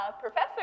Professor